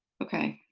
okay.